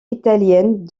italiennes